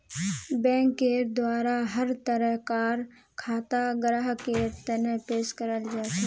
बैंकेर द्वारा हर तरह कार खाता ग्राहकेर तने पेश कराल जाछेक